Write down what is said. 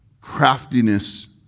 craftiness